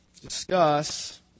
discuss